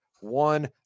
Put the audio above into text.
one